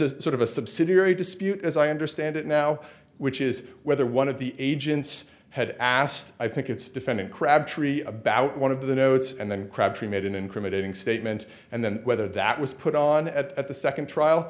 a sort of a subsidiary dispute as i understand it now which is whether one of the agents had asked i think it's defendant crabtree about one of the notes and then crabtree made an incriminating statement and then whether that was put on at the second trial